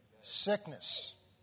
sickness